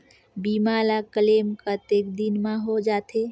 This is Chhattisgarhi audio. बीमा ला क्लेम कतेक दिन मां हों जाथे?